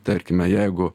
tarkime jeigu